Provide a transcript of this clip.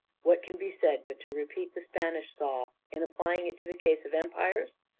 what can be said but to repeat the spanish saw, in applying it to the case of empires,